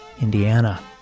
Indiana